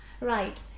Right